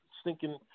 stinking